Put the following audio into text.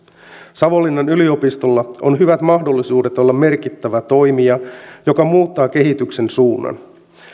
savonlinnan yliopistolla on hyvät mahdollisuudet olla merkittävä toimija joka muuttaa kehityksen suunnan